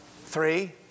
Three